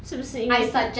是不是因为